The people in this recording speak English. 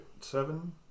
seven